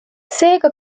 seega